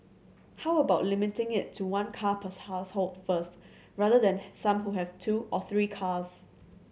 how about limiting it to one car per household first rather than some who have two or three cars